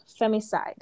femicide